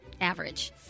Average